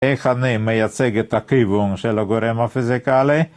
איך אני מייצג את הכיוון של הגורם הפיזיקלי?